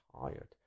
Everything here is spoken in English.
tired